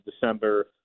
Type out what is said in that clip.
December